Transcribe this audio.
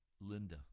Linda